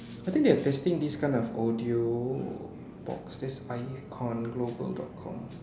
I think they are testing these kinds of audio box there's icon global dot com